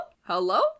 Hello